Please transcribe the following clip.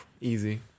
Easy